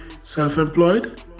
self-employed